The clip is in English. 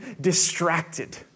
distracted